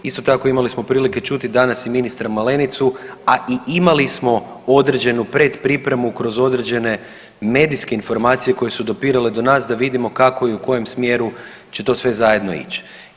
Isto tako imali smo prilike čuti danas i ministra Malenicu, a i imali smo određenu pretpripremu kroz određene medijske informacije koje su dopirale do nas da vidimo kako i u kojem smjeru će to sve zajedno ići.